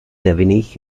nevinných